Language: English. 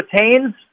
retains